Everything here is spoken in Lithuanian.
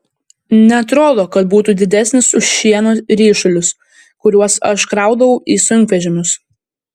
neatrodo kad būtų didesnis už šieno ryšulius kuriuos aš kraudavau į sunkvežimius